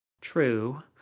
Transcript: true